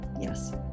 yes